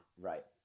Right